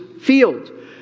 field